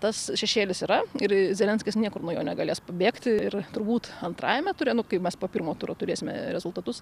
tas šešėlis yra ir zelenskis niekur nuo jo negalės pabėgti ir turbūt antrajame ture nu kai mes po pirmo turo turėsime rezultatus